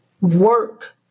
work